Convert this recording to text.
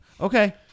Okay